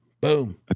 Boom